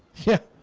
yeah